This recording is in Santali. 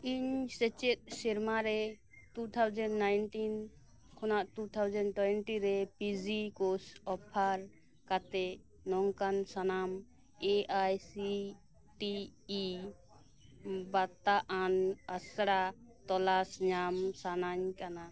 ᱤᱧ ᱥᱮᱪᱮᱫ ᱥᱮᱨᱢᱟ ᱨᱮ ᱴᱩ ᱛᱷᱟᱣᱡᱮᱱᱰ ᱱᱟᱭᱤᱱᱴᱤᱱ ᱠᱷᱚᱱᱟᱜ ᱴᱩ ᱛᱷᱟᱣᱡᱮᱱᱰ ᱴᱳᱭᱮᱱᱴᱤ ᱨᱮ ᱯᱤ ᱡᱤ ᱠᱳᱨᱥ ᱚᱯᱷᱟᱨ ᱠᱟᱛᱮᱫ ᱱᱚᱝᱠᱟᱱ ᱥᱟᱱᱟᱢ A I C T E ᱵᱟᱛᱟᱜᱟᱱ ᱟᱥᱲᱟ ᱛᱚᱞᱟᱥ ᱧᱟᱢ ᱥᱟᱱᱟᱧ ᱠᱟᱱᱟ